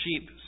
sheep